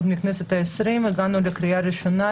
עוד בכנסת ה-20 הגענו לקריאה ראשונה.